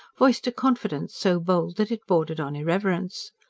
voiced a confidence so bold that it bordered on irreverence.